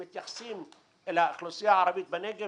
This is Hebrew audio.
שמתייחסים אל האוכלוסייה הערבית בנגב